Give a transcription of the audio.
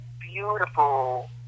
beautiful